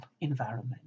environment